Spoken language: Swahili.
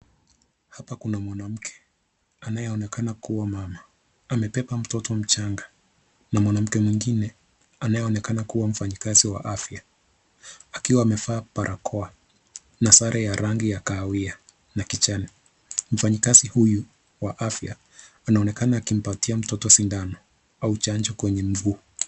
Hapa kuna mwanamke anayeonekana kuwa mama. Amebeba mtoto mchanga na mwanamke mwingine anayeonekana kuwa mfanyakazi wa afya akiwa amevaa barakoa na sare ya rangi ya kahawia na kijani. Mfanyakazi huyu wa afya anaonekana akimpatia mtoto sindano au chanjo kwenye mguu.